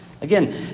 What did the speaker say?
Again